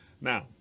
Now